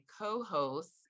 co-hosts